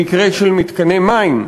במקרה של מתקני מים,